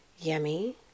yummy